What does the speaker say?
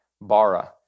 Bara